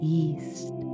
east